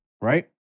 Right